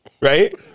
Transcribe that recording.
Right